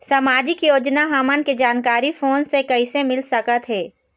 सामाजिक योजना हमन के जानकारी फोन से कइसे मिल सकत हे?